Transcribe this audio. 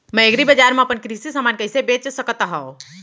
मैं एग्रीबजार मा अपन कृषि समान कइसे बेच सकत हव?